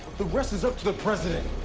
the rest is up to the president.